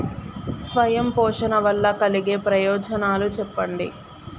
స్వయం పోషణ వల్ల కలిగే ప్రయోజనాలు చెప్పండి?